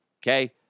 okay